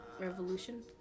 Revolution